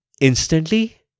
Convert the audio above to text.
Instantly